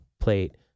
plate